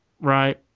Right